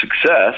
success